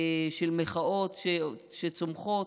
של מחאות שצומחות.